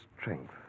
strength